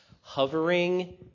Hovering